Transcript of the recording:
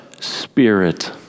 spirit